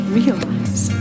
realize